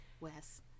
Wes